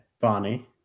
Bonnie